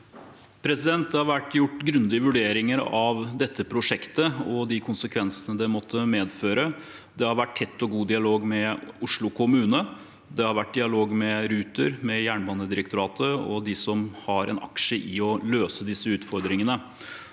Det har vært gjort grundige vurderinger av dette prosjektet og de konsekvensene det måtte medføre. Det har vært tett og god dialog med Oslo kommune, det har vært dialog med Ruter, med Jernbanedirektoratet og med dem som har en aksje i å løse disse utfordringene.